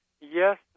Yes